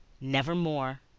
nevermore